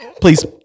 Please